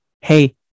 Hey